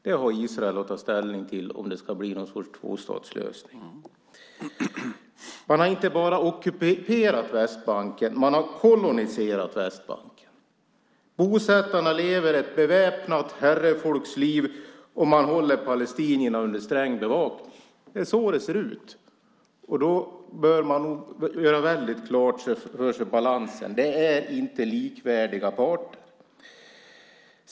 Det har Israel att ta ställning till om det ska bli någon sorts tvåstatslösning. Man har inte bara ockuperat Västbanken. Man har också koloniserat Västbanken. Bosättarna lever ett beväpnat herrefolksliv, och man håller palestinierna under sträng bevakning. Det är så det ser ut. Då bör man nog göra balansen väldigt klar för sig. Det är inte likvärdiga parter.